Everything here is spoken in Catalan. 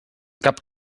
cap